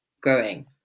growing